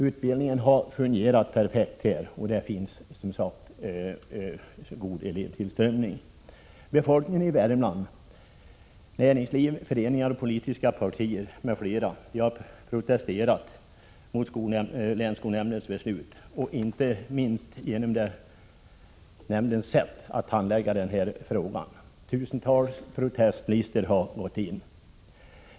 Utbildningen har fungerat perfekt, och det finns som sagt god elevtillströmning. Befolkningen i Värmland, näringslivets representanter, föreningar, politiska partier m.fl. har protesterat mot länsskolnämndens beslut och inte minst mot nämndens sätt att handlägga frågan. Tusentals protestlistor har lämnats in.